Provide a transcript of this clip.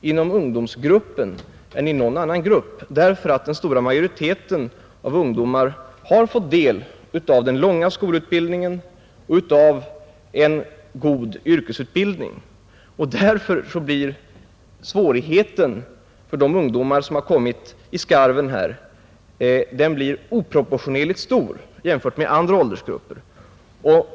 inom ungdomsgruppen än i någon annan grupp, därför att den stora majoriteten av ungdomar har fått del av den långa skolutbildningen och av en god yrkesutbildning. Därför blir svårigheten för de ungdomar som har kommit i skarven här oproportionerligt stor i jämförelse med vad den blir i andra åldersgrupper.